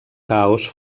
caos